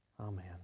Amen